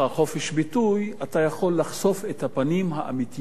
אתה יכול לחשוף את הפנים האמיתיות של חברה מסוימת.